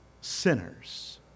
sinners